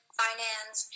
finance